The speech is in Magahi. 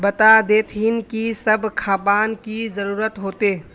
बता देतहिन की सब खापान की जरूरत होते?